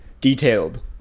Detailed